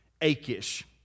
Achish